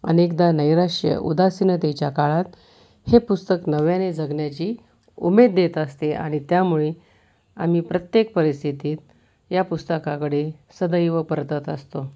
अनेकदा नैराश्य उदासीनतेच्या काळात हे पुस्तक नव्याने जगण्याची उमेद देत असते आणि त्यामुळे आम्ही प्रत्येक परिस्थितीत या पुस्तकाकडे सदैव परतत असतो